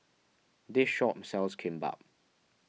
this shop sells Kimbap